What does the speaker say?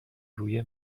روی